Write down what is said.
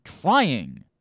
trying